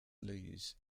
loose